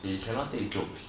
they cannot take jokes